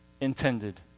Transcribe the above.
intended